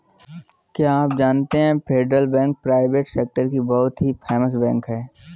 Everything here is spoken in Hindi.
क्या आप जानते है फेडरल बैंक प्राइवेट सेक्टर की बहुत ही फेमस बैंक है?